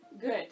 good